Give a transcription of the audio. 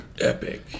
Epic